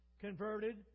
converted